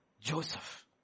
Joseph